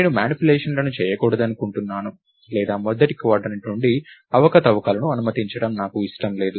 నేను మానిప్యులేషన్లను చేయకూడదనుకుంటున్నాను లేదా మొదటి క్వాడ్రంట్ నుండి అవకతవకలను అనుమతించడం నాకు ఇష్టం లేదు